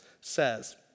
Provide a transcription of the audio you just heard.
says